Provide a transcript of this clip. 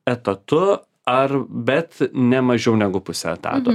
etatu ar bet ne mažiau negu puse etato